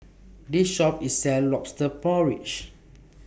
This Shop IS sells Lobster Porridge